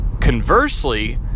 conversely